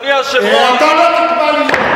אבל, אדוני היושב-ראש, אתה לא תקבע לי.